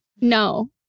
no